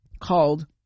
called